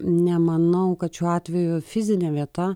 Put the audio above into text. nemanau kad šiuo atveju fizinė vieta